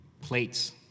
plates